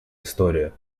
история